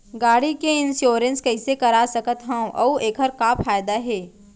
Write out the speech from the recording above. गाड़ी के इन्श्योरेन्स कइसे करा सकत हवं अऊ एखर का फायदा हे?